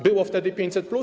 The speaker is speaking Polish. Było wtedy 500+?